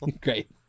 Great